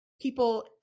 people